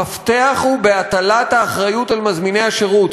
המפתח הוא בהטלת האחריות על מזמיני השירות,